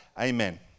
Amen